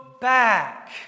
back